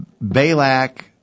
Balak